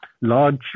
large